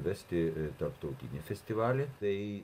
vesti tarptautinį festivalį tai